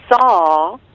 saw